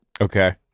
Okay